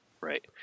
Right